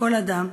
כל אדם.